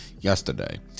yesterday